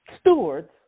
stewards